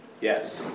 Yes